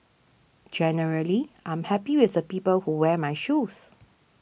generally I'm happy with the people who wear my shoes